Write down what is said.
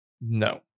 No